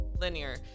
linear